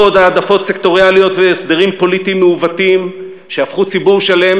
לא עוד העדפות סקטוריאליות והסדרים פוליטיים מעוותים שהפכו ציבור שלם,